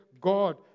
God